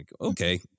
okay